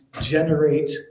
generate